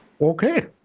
Okay